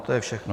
To je všechno.